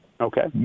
Okay